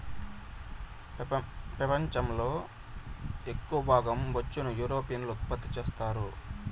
పెపంచం లో ఎక్కవ భాగం బొచ్చును యూరోపియన్లు ఉత్పత్తి చెత్తారు